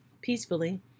peacefully